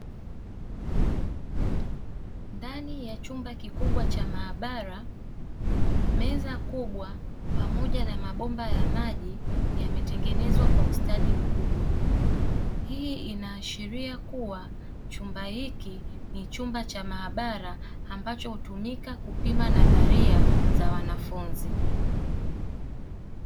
Ndani ya chumba kikubwa cha maabara meza kubwa pamoja na mabomba ya maji, yametengenezwa kwa ustadi mkubwa hii inaashiria kuwa chumba hichi ni chumba cha maabara, ambacho hutumika kupima nadharia za wanafunzi.